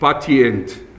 patient